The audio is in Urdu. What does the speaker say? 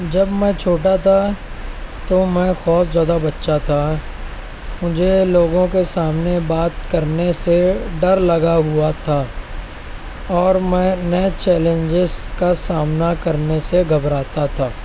جب میں چھوٹا تھا تو میں خوفزدہ بچہ تھا مجھے لوگوں کے سامنے بات کرنے سے ڈر لگا ہوا تھا اور میں نئے چیلنجس کا سامنا کرنے سے گھبراتا تھا